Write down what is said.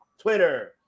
Twitter